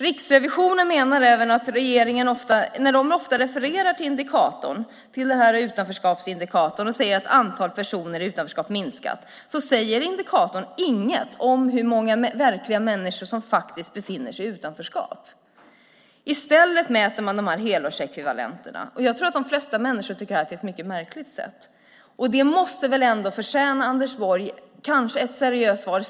Riksrevisionen menar även att när regeringen ofta refererar till utanförskapsindikatorn och säger att antalet personer i utanförskap har minskat säger indikatorn inget om hur många verkliga människor som faktiskt befinner sig i utanförskap. I stället mäter man helårsekvivalenterna, och jag tror att de flesta tycker att det är ett mycket märkligt sätt. Detta måste väl ändå, Anders Borg, förtjäna ett seriöst svar.